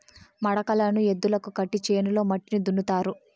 మడకలను ఎద్దులకు కట్టి చేనులో మట్టిని దున్నుతారు